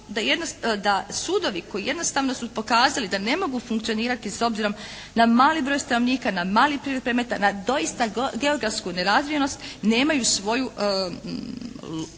da sudovi koji jednostavno su pokazali da ne mogu funkcionirani s obzirom na mali broj stanovnika, na mali priliv predmeta, na doista geografsku nerazvijenost nemaju svoje opravdanje